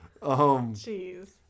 jeez